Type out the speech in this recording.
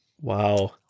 wow